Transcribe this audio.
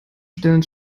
stellen